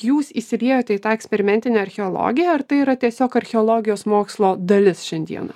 jūs įsiliejote į tą eksperimentinę archeologiją ar tai yra tiesiog archeologijos mokslo dalis šiandieną